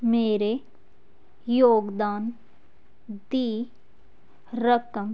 ਮੇਰੇ ਯੋਗਦਾਨ ਦੀ ਰਕਮ